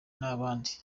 n’abandi